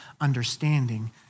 understanding